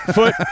Foot